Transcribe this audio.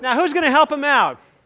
yeah who's going to help him out?